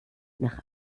nach